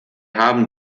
haben